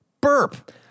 burp